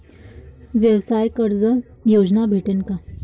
व्यवसाय कर्ज योजना भेटेन का?